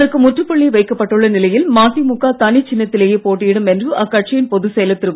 அதற்கு முற்றுப்புள்ளி வைக்கப்பட்டுள்ள நிலையில் மதிமுக தனி சின்னத்திலேயே போட்டியிடும் என்று அக்கட்சியின பொதுச் செயலர் திரு